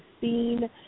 seen